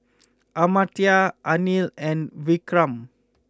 Amartya Anil and Vikram